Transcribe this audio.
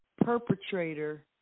perpetrator